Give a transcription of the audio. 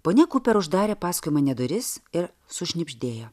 ponia kuper uždarė paskui mane duris ir sušnibždėjo